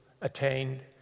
attained